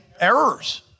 errors